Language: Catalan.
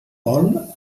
vol